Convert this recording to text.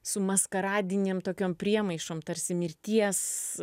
su maskaradinėm tokiom priemaišom tarsi mirties